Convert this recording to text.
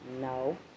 No